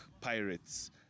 Pirates